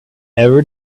ever